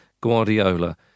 Guardiola